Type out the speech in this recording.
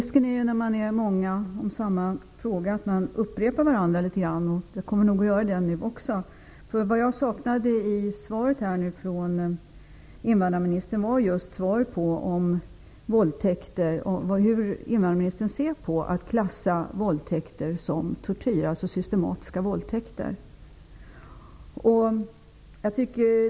Herr talman! När man är många om samma fråga finns det risk för att man upprepar vad andra sagt. Jag kommer nog att göra det nu också. I svaret från invandrarministern saknade jag just svar på hur invandrarministern ser på att klassa systematiska våldtäkter som tortyr.